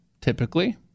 typically